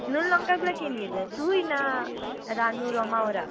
নুন লঙ্কাগুলো কে নিয়ে যায় তুই না রাণু রমা ওরা